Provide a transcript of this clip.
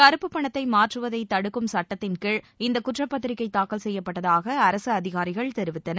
கருப்பு பணத்தை மாற்றுவதை தடுக்கும் சட்டத்தின்கீழ் இந்த குற்றப் பத்திரிகை தாக்கல் செய்யப்பட்டதாக அரசு அதிகாரிகள் தெரிவித்தனர்